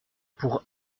pour